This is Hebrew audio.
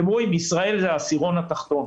ישראל היא בעשירון התחתון.